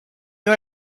you